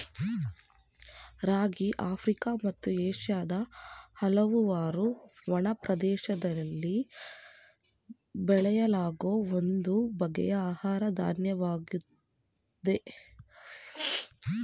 ರಾಗಿ Africa ಮತ್ತು ಏಷ್ಯಾದ ಹಲವಾರು ಒಣ ಪ್ರದೇಶಗಳಲ್ಲಿ ಬೆಳೆಯಲಾಗೋ ಒಂದು ಬಗೆಯ ಆಹಾರ ಧಾನ್ಯವಾಗಯ್ತೆ